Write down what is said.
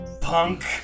Punk